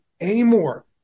anymore